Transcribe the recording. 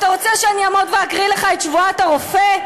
אתה רוצה שאני אעמוד ואקריא לך את שבועת הרופא?